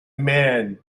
man